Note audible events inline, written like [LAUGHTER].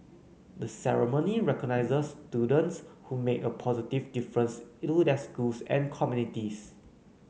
the ceremony recognizes students who make a positive difference [UNINTELLIGIBLE] their schools and communities